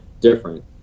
different